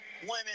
women